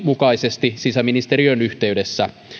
mukaisesti sisäministeriön yhteydessä